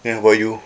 then how about you